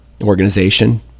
organization